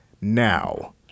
now